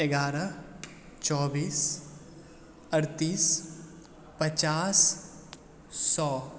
एगारह चौबीस अठतीस पचास सए